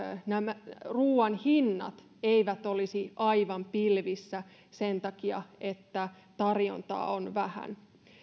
nämä ruoan hinnat eivät olisi aivan pilvissä sen takia että tarjontaa on vähän